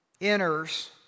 enters